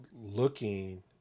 looking